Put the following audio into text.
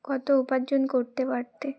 কত উপার্জন করতে পারতে